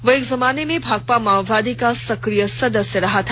वह एक जमाने में भाकपा माओवादी का सक्रिय सदस्य था